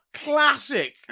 classic